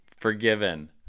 forgiven